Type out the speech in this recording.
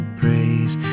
praise